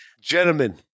Gentlemen